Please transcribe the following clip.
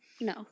No